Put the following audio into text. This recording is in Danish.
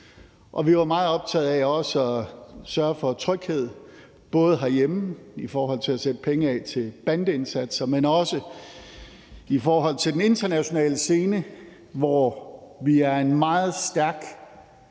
Og vi var også meget optaget af at sørge for tryghed, både herhjemme i forhold til at sætte penge af til bandeindsatser, men også i forhold til den internationale scene, hvor vi er en meget stærk